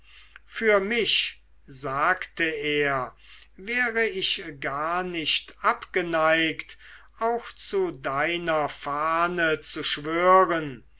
für mich sagte er wäre ich gar nicht abgeneigt auch zu deiner fahne zu schwören